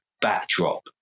backdrop